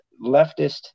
leftist